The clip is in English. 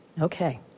Okay